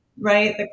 right